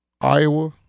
Iowa